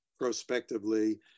prospectively